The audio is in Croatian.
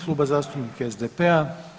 Kluba zastupnika SDP-a.